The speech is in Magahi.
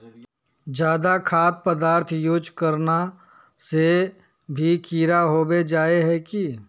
ज्यादा खाद पदार्थ यूज करना से भी कीड़ा होबे जाए है की?